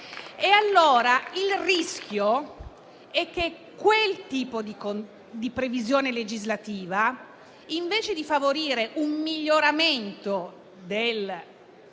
Il rischio, allora, è che quel tipo di previsione legislativa, invece di favorire un miglioramento della vita